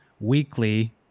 weekly